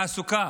תעסוקה,